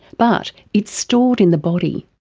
but it's stored in the body.